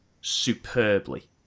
superbly